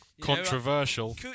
controversial